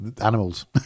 animals